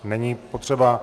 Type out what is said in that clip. Není potřeba.